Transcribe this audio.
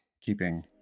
keeping